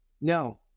No